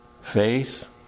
Faith